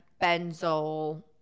Benzol